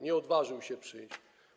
Nie odważył się przyjść.